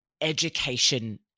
education